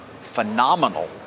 phenomenal